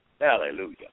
hallelujah